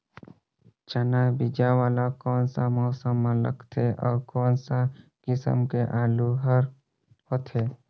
चाना बीजा वाला कोन सा मौसम म लगथे अउ कोन सा किसम के आलू हर होथे?